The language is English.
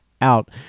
out